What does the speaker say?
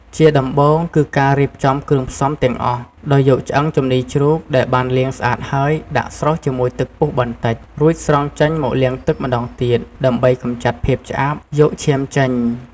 ជាដំបូង គឺការរៀបចំគ្រឿងផ្សំទាំងអស់ ដោយយកឆ្អឹងជំនីរជ្រូក ដែលបានលាងស្អាតហើយ ដាក់ស្រុះជាមួយទឹកពុះបន្តិច រួចស្រង់ចេញមកលាងទឹកម្ដងទៀត ដើម្បីកម្ចាត់ភាពឆ្អាប យកឈាមចេញ។